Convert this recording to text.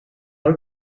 naar